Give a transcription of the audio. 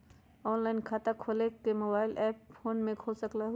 Online खाता खोले के मोबाइल ऐप फोन में भी खोल सकलहु ह?